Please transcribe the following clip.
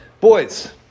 Boys